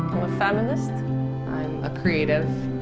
i'm a feminist i'm a creative,